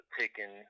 taken